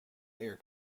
air